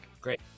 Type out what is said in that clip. Great